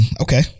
okay